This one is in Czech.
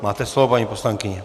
Máte slovo, paní poslankyně.